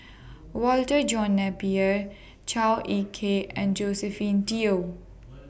Walter John Napier Chua Ek Kay and Josephine Teo